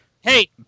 hey